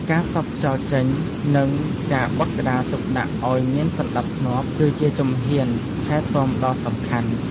ការសប់ខ្យល់ចេញ និងការបត់ក្តារទុកដាក់ឱ្យមានសណ្ដាប់ធ្នាប់ គឺជាជំហានថែទាំដ៏សំខាន់។